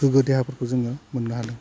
गोग्गो देहाफोरखौ जोङो मोन्नो हादों